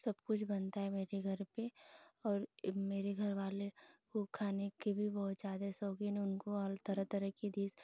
सब कुछ बनता है मेरे घर पर और मेरे घरवाले खूब खाने के भी बहुत ज्यादे शौकीन है उनको हर तरह तरह के डिस